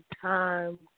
Time